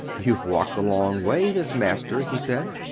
you've walked a long way, miss masters, he said.